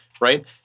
Right